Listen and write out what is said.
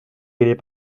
est